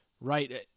right